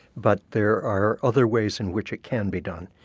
but there are other ways in which it can be done.